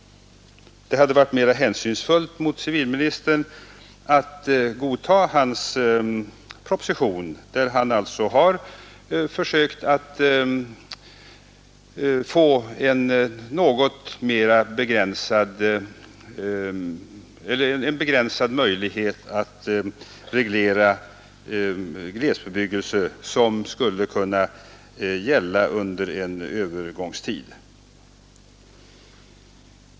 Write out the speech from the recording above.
Det hade varit mera hänsynsfullt mot civilministern att godta hans proposition, där han alltså har försökt att åstadkomma en begränsad möjlighet att reglera glesbebyggelse som skulle kunna tillämpas under en övergångstid.